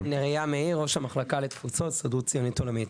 ראש המחלקה לתפוצות בהסתדרות הציונית העולמית.